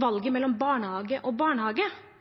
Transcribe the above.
valget mellom barnehage og barnehage.